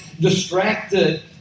distracted